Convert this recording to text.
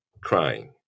crying